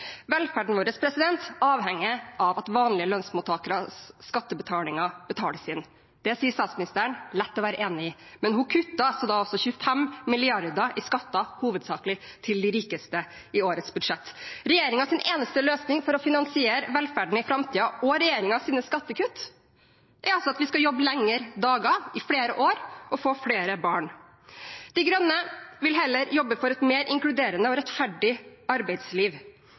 Velferden vår avhenger av vanlige lønnsmottakeres skatteinnbetalinger, sier statsministeren. Det er det lett å være enig i. Men hun kutter 25 mrd. kr i skatter – hovedsakelig til de rikeste – i årets budsjett. Regjeringens eneste løsning for å finansiere velferden i framtiden – og regjeringens skattekutt – er altså at vi skal jobbe lengre dager i flere år og få flere barn. De Grønne vil heller jobbe for et mer inkluderende og rettferdig arbeidsliv,